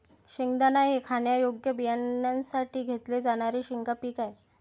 शेंगदाणा हे खाण्यायोग्य बियाण्यांसाठी घेतले जाणारे शेंगा पीक आहे